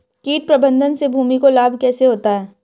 कीट प्रबंधन से भूमि को लाभ कैसे होता है?